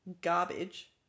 garbage